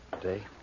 today